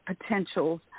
potentials